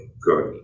good